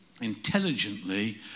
intelligently